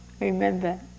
remember